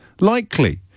likely